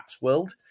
world